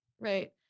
right